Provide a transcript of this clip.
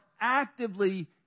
actively